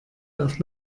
auf